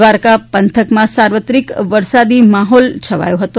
દ્વારકા પંથકમાં સાર્વત્રિક વરસાદી માહોલ છવાયો હતો